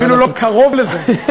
אפילו לא קרוב לזה.